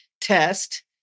test